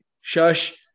shush